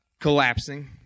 collapsing